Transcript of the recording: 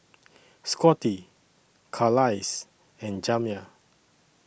Scottie Carlisle and Jamya